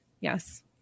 yes